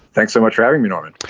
thanks so much having me norman.